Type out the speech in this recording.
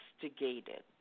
investigated